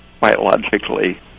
biologically